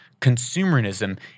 consumerism